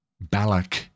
Balak